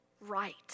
right